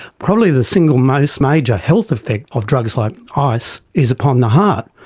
probably the single most major health effect of drugs like ice is upon the heart.